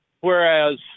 whereas